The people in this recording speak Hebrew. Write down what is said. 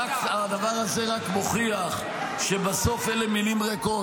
הדבר הזה רק מוכיח שבסוף אלה מילים ריקות.